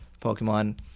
Pokemon